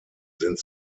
sind